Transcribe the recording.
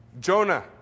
Jonah